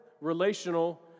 relational